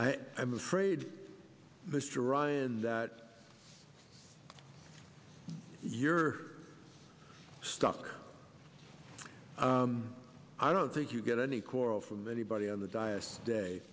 i am afraid mr ryan that you're stuck i don't think you get any quarrel from anybody on the diet day